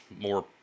more